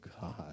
God